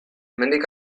hemendik